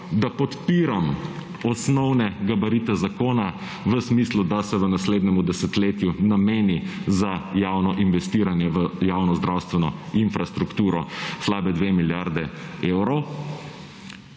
da podpiram osnovne gabarite zakona v smislu, da se v naslednjemu desetletju nameni za javno investiranje v javnozdravstveno infrastrukturo slabi 2 milijardi evrov.